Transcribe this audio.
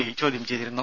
I ചോദ്യം ചെയ്തിരുന്നു